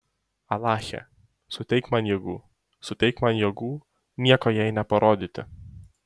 alache suteik man jėgų suteik man jėgų nieko jai neparodyti